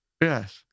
Yes